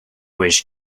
was